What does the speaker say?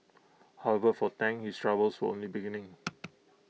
however for Tang his troubles were only beginning